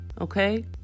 Okay